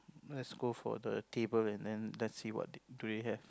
let's go for the table and then let's see what do they have